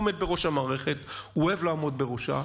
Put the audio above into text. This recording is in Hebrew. הוא עומד בראש המערכת, הוא אוהב לעמוד בראשה,